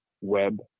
web